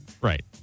Right